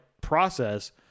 process